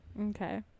Okay